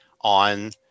on